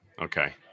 okay